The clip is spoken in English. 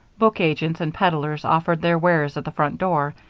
book agents and peddlers offered their wares at the front door,